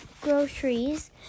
groceries